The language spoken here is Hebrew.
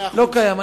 לא קיים.